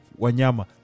Wanyama